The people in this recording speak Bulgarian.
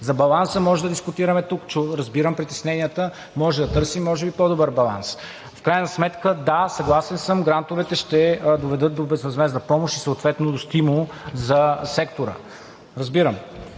За баланса може да дискутираме тук. Разбирам притесненията, а може да търсим може би и по-добър баланс. В крайна сметка – да, съгласен съм, грантовете ще доведат до безвъзмездна помощ и съответно до стимул за сектора. Разбирам.